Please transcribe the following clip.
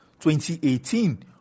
2018